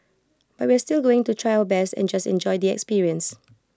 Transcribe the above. but we're still going to try our best and just enjoy the experience